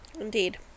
Indeed